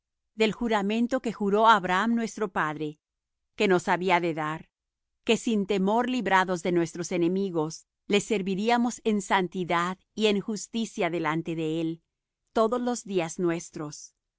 del juramento que juró á abraham nuestro padre que nos había de dar que sin temor librados de nuestros enemigos le serviríamos en santidad y en justicia delante de él todos los días nuestros